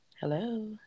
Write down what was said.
hello